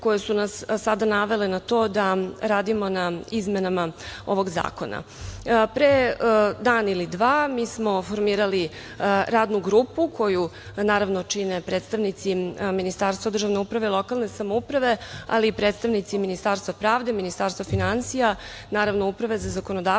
koje su nas sada navele na to da radimo na izmenama ovog zakona. Pre dan ili dva mi smo formirali Radnu grupu koju, naravno, čine predstavnici Ministarstva državne uprave i lokalne samouprave, ali i predstavnici Ministarstva pravde, Ministarstva finansija, naravno Uprave za zakonodavstvo